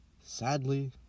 sadly